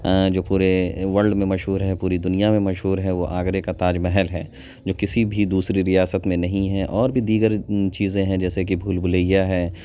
جو پورے ورلڈ میں مشہور ہے پوری دنیا میں مشہور ہے وہ آگرے کا تاج محل ہے جو کسی بھی دوسری ریاست میں نہیں ہے اور بھی دیگر چیزیں ہیں جیسے کہ بھول بھلیاں ہے